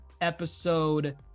episode